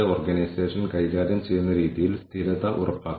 ഡോക്യുമെന്റേഷന്റെ ആവശ്യം ശരിക്കും ഉണ്ടോ